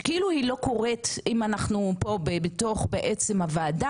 שכאילו היא לא קורית אם אנחנו פה בתוך הוועדה בעצם,